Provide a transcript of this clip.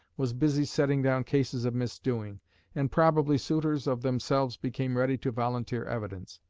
was busy setting down cases of misdoing and probably suitors of themselves became ready to volunteer evidence.